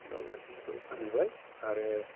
दमासिखौ फालिबाय आरो